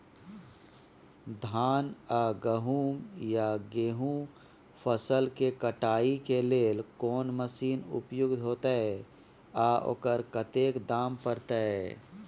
धान आ गहूम या गेहूं फसल के कटाई के लेल कोन मसीन उपयुक्त होतै आ ओकर कतेक दाम परतै?